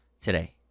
today